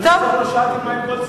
אני שאלתי מה עם גולדסטון.